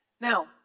Now